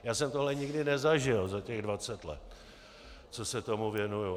Já jsem tohle nikdy nezažil za těch dvacet let, co se tomu věnuji.